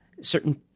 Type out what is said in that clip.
certain